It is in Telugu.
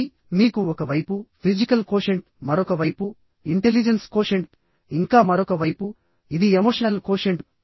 ఆపై మీకు ఒక వైపు ఫిజికల్ కోషెంట్ మరొక వైపు ఇంటెలిజెన్స్ కోషెంట్ ఇంకా మరొక వైపు ఇది ఎమోషనల్ కోషెంట్